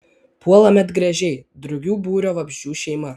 puola medgręžiai drugių būrio vabzdžių šeima